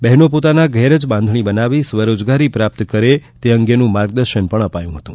બહેનો પોતાના ઘેર જ બાંધણી બનાવી સ્વરોજગારી પ્રાપ્ત કરે તે અંગેનું માર્ગદર્શન પણ અપાયું હતું